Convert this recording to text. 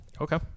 Okay